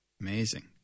Amazing